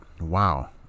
wow